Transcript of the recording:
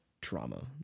trauma